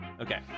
Okay